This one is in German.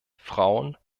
frauen